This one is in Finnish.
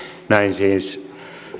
siis